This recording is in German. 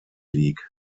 league